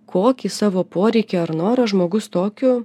kokį savo poreikį ar norą žmogus tokiu